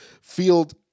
field